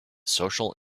social